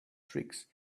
tricks